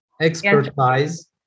expertise